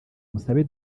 musabe